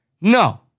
No